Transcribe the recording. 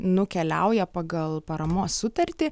nukeliauja pagal paramos sutartį